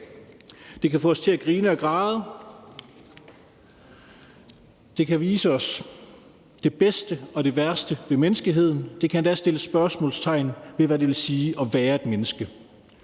Den kan få os til at grine og græde, den kan vise os det bedste og det værste ved menneskeheden, den kan endda stille spørgsmål ved, hvad det vil sige at være et menneske.